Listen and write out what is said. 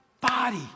body